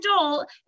adult